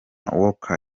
walker